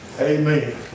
amen